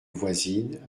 voisine